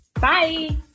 Bye